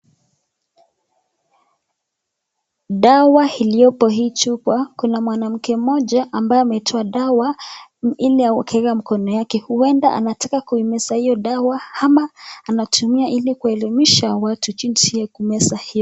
Dawa iliyopo hii chupa kuna mwanamke mmoja ambaye ametoa dawa akaeka kwa mkono wake huenda anataka kumeza hiyo dawa ama anatumia ili kuelimisha watu jinsi ya kumeza hiyo dawa.